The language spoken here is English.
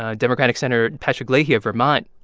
ah democratic senator patrick leahy of vermont,